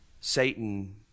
Satan